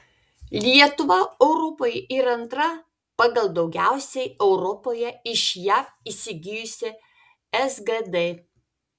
lietuva europoje yra antra pagal daugiausiai europoje iš jav įsigijusi sgd